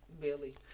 Billy